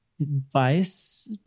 advice